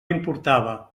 importava